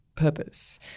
Purpose